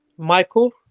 michael